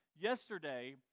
Yesterday